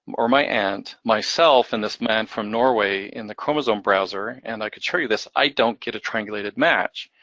or my aunt, myself, and this man from norway in the chromosome browser, and i could show you this, i don't get a triangulated match.